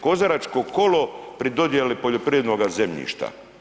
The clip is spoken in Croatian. Kozaračko kolo pri dodijeli poljoprivrednoga zemljišta.